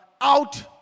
out